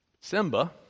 Simba